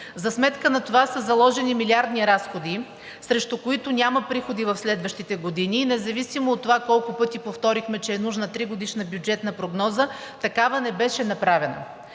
За сметка на това са заложени милиардни разходи, срещу които няма приходи в следващите години. Независимо колко пъти повторихме, че е нужна тригодишна бюджетна прогноза, такава не беше направена.